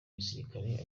gisirikare